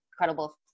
incredible